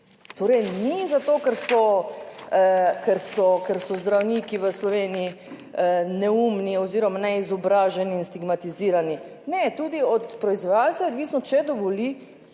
so, ker so, ker so zdravniki v Sloveniji neumni oziroma neizobraženi in stigmatizirani. Ne. Tudi od proizvajalca je odvisno, če dovoli,